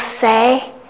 say